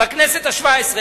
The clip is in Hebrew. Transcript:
בכנסת השבע-עשרה,